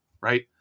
Right